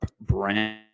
brand